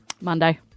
Monday